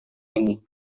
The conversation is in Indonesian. itu